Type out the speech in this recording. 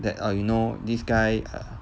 that err you know this guy err